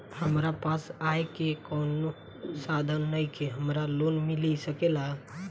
हमरा पास आय के कवनो साधन नईखे हमरा लोन मिल सकेला?